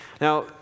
Now